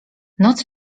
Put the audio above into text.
noc